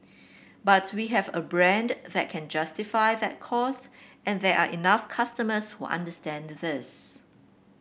but we have a brand that can justify that cost and there are enough customers who understand this